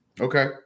Okay